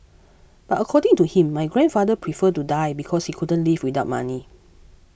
but according to him my grandfather preferred to die because he couldn't live without money